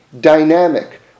dynamic